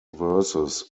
verses